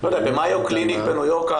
במאיו קליניק בניו יורק,